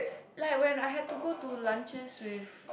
like when I had to go to lunches with